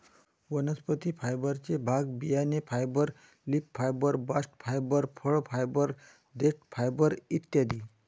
वनस्पती फायबरचे भाग बियाणे fibre, leaf fibre, bast fibre, फळ फायबर, देठ फायबर इ